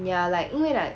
ya like 因为 like